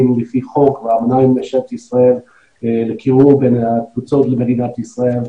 לפי חוק ו --- ממשלת ישראל לקירוב בין התפוצות למדינת ישראל.